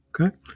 Okay